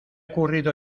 ocurrido